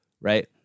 right